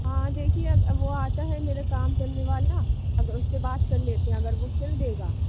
हाँ देखिए वो आता है मेरे काम करने वाला अब उससे बात कर लेते हैं अगर वो सिल देगा